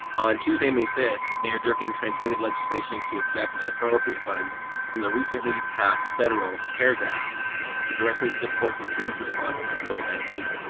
on tuesday, may five, mayor durkan transmitted legislation to accept and appropriate funds from the recently passed federal cares act to directly support the city's response to covid nineteen.